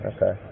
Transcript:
Okay